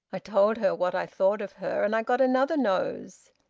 i told her what i thought of her, and i got another nose.